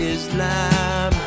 Islam